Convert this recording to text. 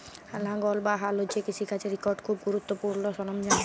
লাঙ্গল বা হাল হছে কিষিকাজের ইকট খুব গুরুত্তপুর্ল সরল্জাম